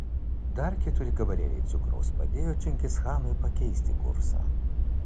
dar keturi gabalėliai cukraus padėjo čingischanui pakeisti kursą